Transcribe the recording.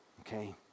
Okay